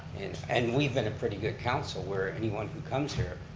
and we've been a pretty good council where anyone who comes here,